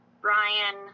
Brian